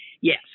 Yes